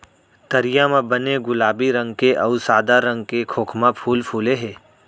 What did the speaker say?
तरिया म बने गुलाबी रंग के अउ सादा रंग के खोखमा फूल फूले हे